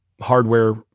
Hardware